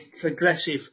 progressive